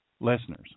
listeners